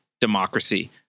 democracy